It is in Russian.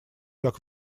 как